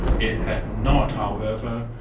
it had not, however,